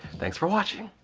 thanks for watching!